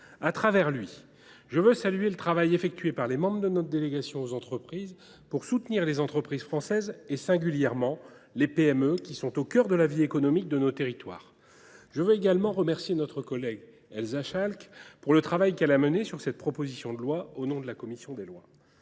À travers lui, je veux saluer le travail effectué par les membres de notre délégation aux entreprises pour soutenir les entreprises françaises et, singulièrement, les PME, qui sont au cœur de la vie économique de nos territoires. Je veux également remercier notre collègue Elsa Schalck pour le travail qu’elle a mené sur cette proposition de loi au nom de la commission des lois.